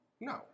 No